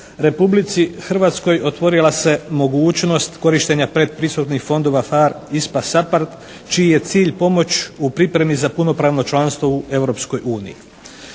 Republici Hrvatskoj otvorila se mogućnost korištenja predpristupnih fondova PHARE, ISPA, SAPHARD čiji je cilj pomoć u pripremi za punopravno članstvo u